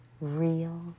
real